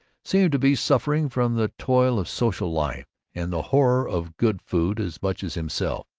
seemed to be suffering from the toil of social life and the horror of good food as much as himself.